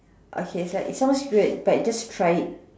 okay it's like it sounds weird but just try it